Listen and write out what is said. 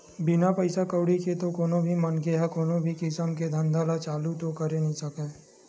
बिना पइसा कउड़ी के तो कोनो भी मनखे ह कोनो भी किसम के धंधा ल चालू तो करे नइ सकय